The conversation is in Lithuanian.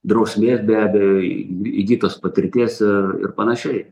drausmė be abejo į įgytos patirties ir ir panašiai